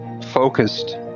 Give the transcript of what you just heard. focused